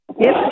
Yes